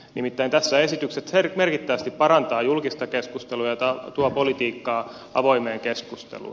nimittäin tässä esitykset merkittävästi parantavat julkista keskustelua ja tuovat politiikkaa avoimeen keskusteluun